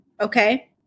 Okay